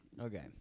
Okay